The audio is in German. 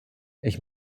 ich